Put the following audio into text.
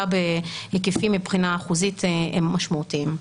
בהיקפים מבחינה אחוזית הם משמעותיים.